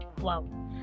Wow